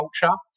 culture